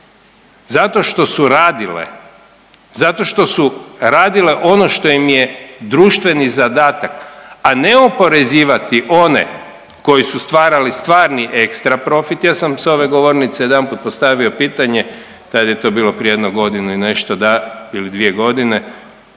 zato što su radile ono što im je društveni zadatak, a ne oporezivati one koji su stvarali stvarni ekstra profit. Ja sam s ove govornice jedanput postavio pitanje, tada je to bilo prije jedno godinu i nešto dana ili dvije godine